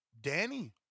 Danny